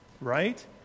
right